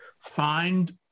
find